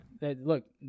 Look